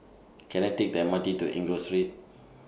Can I Take The M R T to Enggor Street